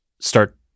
start